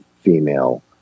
female